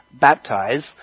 baptize